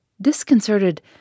Disconcerted